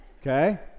Okay